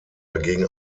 dagegen